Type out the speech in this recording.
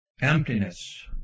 emptiness